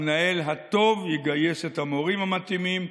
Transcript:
המנהל הטוב יגייס את המורים המתאימים,